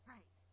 Right